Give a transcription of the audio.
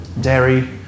dairy